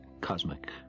cosmic